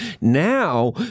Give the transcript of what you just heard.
Now